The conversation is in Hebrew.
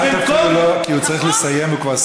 אז במקום, נכון.